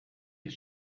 ich